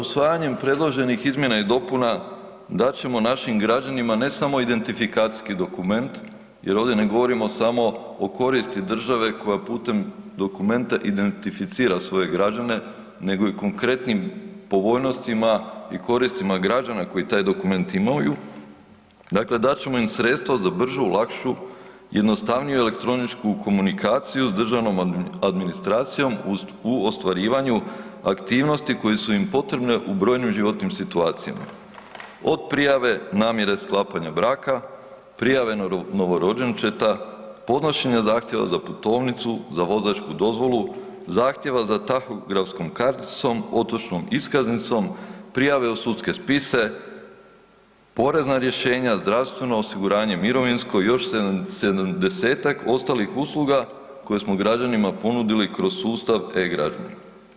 Usvajanjem predloženih izmjena i dopuna dat ćemo našim građanima ne samo identifikacijski dokument jer ovdje ne govorimo samo o koristi države koja putem dokumenta identificira svoje građane nego i konkretnim povoljnostima i koristima građana koji taj dokument imaju dakle, dat ćemo im sredstva za bržu, lakšu, jednostavniju elektroničku komunikaciju državnom administracijom u ostvarivanju aktivnosti koje su im potrebne u brojnim životnim situacijama, od prijave namjere sklapanja braka, prijave novorođenčeta, podnošenja zahtjeva za putovnicu, za vozačku dozvolu, zahtjeva za tahografskom karticom, otočnom iskaznicom, prijavom u sudske spise, porezna rješenja, zdravstveno osiguranje, mirovinsko i još 70-tak ostalih usluga koje smo građanima ponudili kroz sustav e-građani.